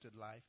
life